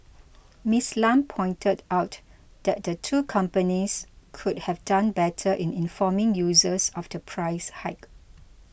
Ms Lam pointed out that the two companies could have done better in informing users of the price hike